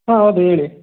ಹಾಂ ಹೌದು ಹೇಳಿ